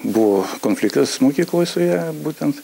buvo konfliktas mokykloj su ja būtent